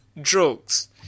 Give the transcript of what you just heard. drugs